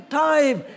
time